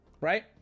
right